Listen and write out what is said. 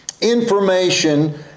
information